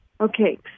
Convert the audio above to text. Okay